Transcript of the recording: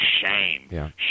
shame